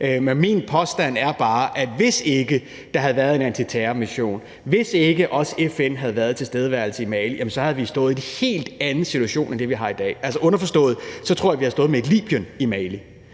men min påstand er bare, at hvis ikke der havde været en antiterrormission, og hvis ikke også FN havde været til stede i Mali, så havde vi stået i en helt anden situation end den, vi har i dag; altså underforstået: så tror jeg, vi havde stået med et Libyen i Mali.